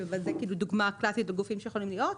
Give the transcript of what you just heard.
אבל זה דוגמה קלאסית לגופים שיכולים להיות.